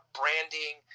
branding